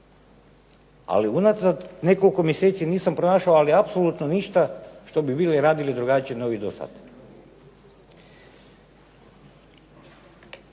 ali unazad nekoliko mjeseci nisam pronašao ali apsolutno ništa što bi bili radili drugačije nego do sad.